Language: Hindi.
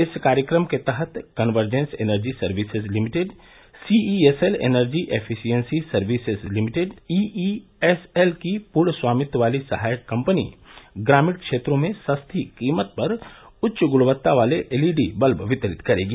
इस कार्यक्रम के तहत convergence energy services limited C E S L energy efficiency services limited E E S L की पूर्ण स्वामित्व वाली सहायक कंपनी ग्रामीण क्षेत्रों में सस्ती कीमत पर उच्च गुणवत्ता वाले एलईडी बत्ब वितरित करेगी